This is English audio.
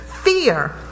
fear